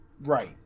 right